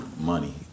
money